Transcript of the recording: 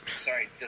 Sorry